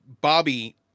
Bobby